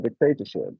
dictatorship